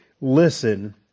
Listen